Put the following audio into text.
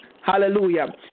Hallelujah